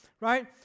Right